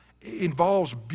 involves